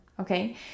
okay